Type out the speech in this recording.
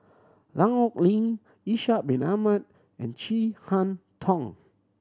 Lan Ong Li Ishak Bin Ahmad and Chin Harn Tong